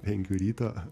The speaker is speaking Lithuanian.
penkių ryto